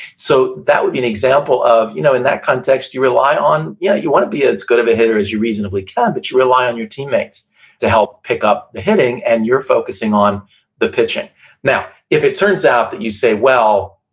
so that would be an example of, you know, in that context, you rely on, yeah, you want to be as good of a hitter as you reasonably can, but you rely on your teammates to help pick up the hitting, and you're focusing on the pitching now, if it turns out that you say, well,